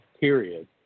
period